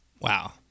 Wow